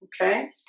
okay